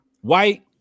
white